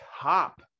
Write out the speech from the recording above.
top